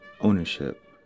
ownership